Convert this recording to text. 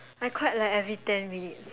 I cried like every ten minutes